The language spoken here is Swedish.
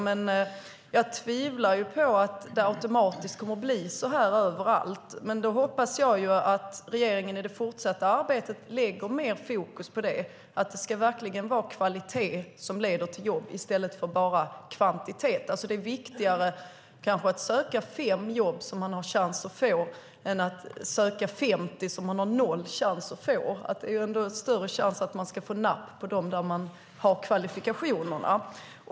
Men jag tvivlar på att det automatiskt kommer att bli så överallt. Jag hoppas att regeringen i det fortsatta arbetet lägger mer fokus på att det verkligen ska vara mer kvalitet som leder till jobb i stället för bara kvantitet. Det är kanske viktigare att söka fem jobb som de har chans att få än att söka 50 som de har noll chans att få. Det är ändå större chans att de ska få napp på de där de har kvalifikationerna.